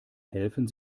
helfen